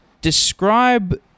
Describe